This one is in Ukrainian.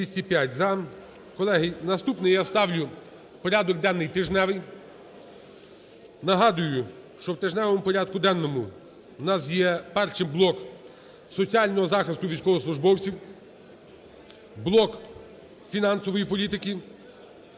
наступний я ставлю порядок денний тижневий. Нагадую, що в тижневому порядку денному у нас є перший блок соціального захисту військовослужбовців, блок фінансової політики,